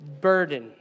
burden